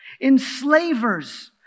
enslavers